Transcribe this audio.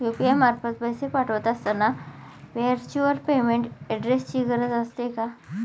UPI मार्फत पैसे पाठवत असताना व्हर्च्युअल पेमेंट ऍड्रेसची गरज असते का?